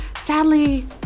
sadly